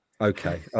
okay